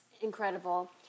incredible